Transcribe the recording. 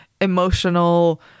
emotional